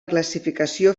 classificació